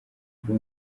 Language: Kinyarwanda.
bwa